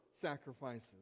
sacrifices